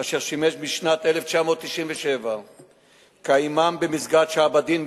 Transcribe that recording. אשר שימש בשנת 1997 כאימאם במסגד שיהאב א-דין,